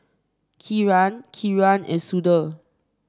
Kiran Kiran and Sudhir